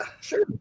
sure